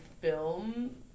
film